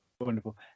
Wonderful